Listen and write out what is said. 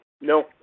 No